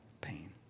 pain